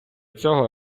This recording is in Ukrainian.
цього